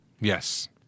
yes